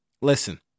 Listen